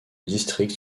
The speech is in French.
district